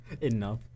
Enough